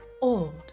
old